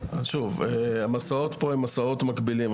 אז שוב, המסעות פה הם מסעות מקבילים.